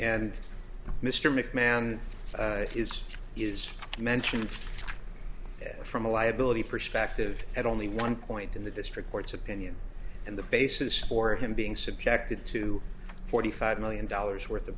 and mr mcmahon is is mentioned from a liability perspective at only one point in the district court's opinion and the basis for him being subjected to forty five million dollars worth of